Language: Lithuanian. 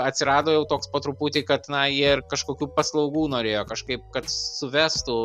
atsirado jau toks po truputį kad na jie ir kažkokių paslaugų norėjo kažkaip kad suvestų